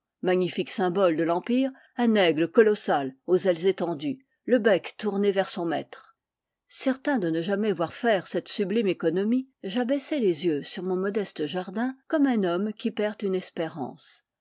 magnifique symbole de l'empire un aigle colossal aux ailes étendues le bec tourné vers son maître certain de ne jamais voir faire cette sublime économie j'abaissai les yeux sur mon modeste jardin comme un homme qui perd une espérance